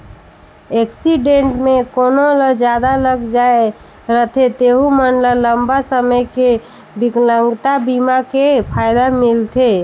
accident मे कोनो ल जादा लग जाए रथे तेहू मन ल लंबा समे के बिकलांगता बीमा के फायदा मिलथे